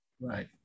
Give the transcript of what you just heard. Right